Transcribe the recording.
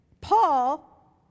Paul